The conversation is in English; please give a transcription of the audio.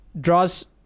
draws